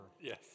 Yes